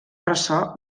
ressò